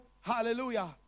hallelujah